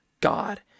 God